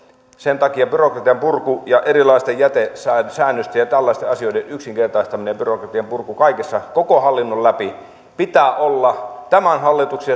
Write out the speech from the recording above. sen takia byrokratian purku ja erilaisten jätesäännösten ja tällaisten asioiden yksinkertaistamisen ja byrokratian purun kaikessa koko hallinnon läpi pitää olla tämän hallituksen